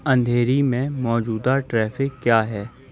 اندھیری میں موجودہ ٹریفک کیا ہے